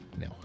No